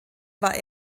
war